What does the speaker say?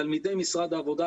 תלמידי משרד העבודה